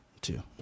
two